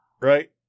Right